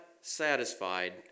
satisfied